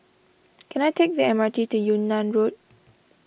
can I take the M R T to Yunnan Road